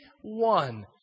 one